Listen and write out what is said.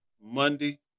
Monday